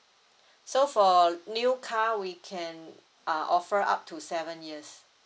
so for new car we can uh offer up to seven years